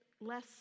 less